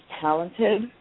talented